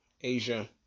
Asia